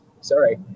sorry